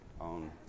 on